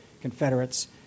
Confederates